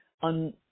on